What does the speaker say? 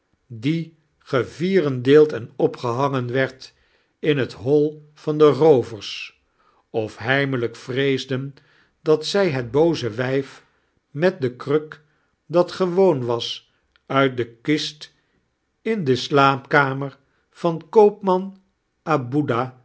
die gevierendeeld en opgehangen werd in het hoi van de roovens of heimelijik vreesden dat zq het booze wijf met de kruk dat gewoon was uit de hat in de slaapkainer van koopman